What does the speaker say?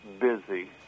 busy